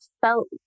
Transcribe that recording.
felt